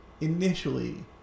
initially